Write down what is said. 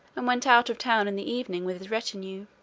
and went out of town in the evening with his retinue.